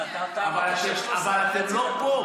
אתם לא פה.